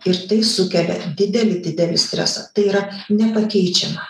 ir tai sukelia didelį didelį stresą tai yra nepakeičiama